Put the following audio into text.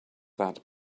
that